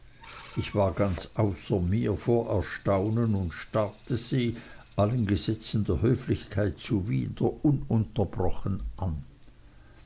ich war ganz außer mir vor erstaunen und starrte sie allen gesetzen der höflichkeit zuwider ununterbrochen an